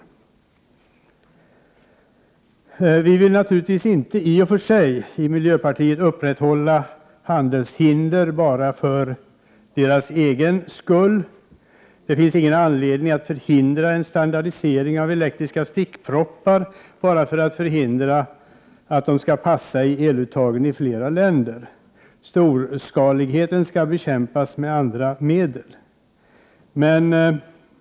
Vi miljöpartister vill naturligtvis inte i och för sig upprätthålla handelshinder bara för deras egen skull. Det finns inte någon anledning att förhindra en standardisering av elektriska stickproppar enbart för att förhindra att de passar eluttagen i flera länder. Storskaligheten skall bekämpas med andra medel.